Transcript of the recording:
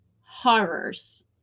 horrors